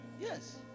Yes